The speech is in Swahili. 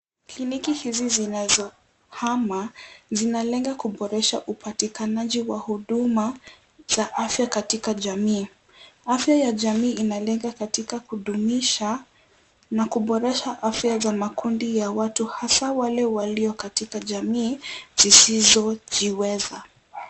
Kliniki hizi zinazohama zinalenga kuboresha upatikanaji wa huduma za afya katika jamii. Afya ya jamii inalenga katika kudumisha na kuboresha afya za makundi ya watu hasa wale walio katika jamii zisizojiweza.